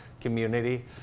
Community